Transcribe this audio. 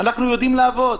אנחנו יודעים לעבוד,